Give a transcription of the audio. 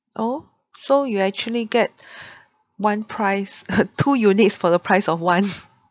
oh so you actually get one price two units for the price of one